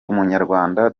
umunyarwanda